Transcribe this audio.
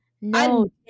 no